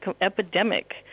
epidemic